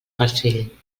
farcell